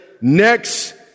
next